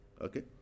Okay